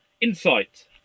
insight